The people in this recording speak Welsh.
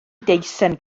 deisen